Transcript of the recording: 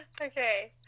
Okay